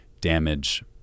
damage